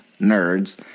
nerds